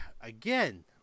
again